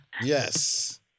Yes